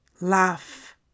laugh